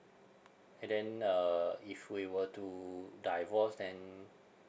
and then uh if we were to divorce then